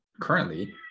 currently